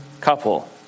couple